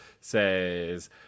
says